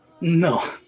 No